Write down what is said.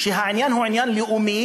שהעניין הוא עניין לאומי